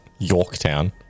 Yorktown